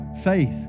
faith